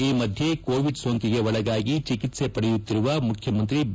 ಈ ಮಧ್ಯೆ ಕೋವಿಡ್ ಸೋಂಕಿಗೆ ಒಳಗಾಗಿ ಚಿಕಿತ್ಸೆ ಪಡೆಯುತ್ತಿರುವ ಮುಖ್ಯಮಂತ್ರಿ ಬಿ